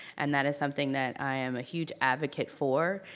and that is something that i am a huge advocate for,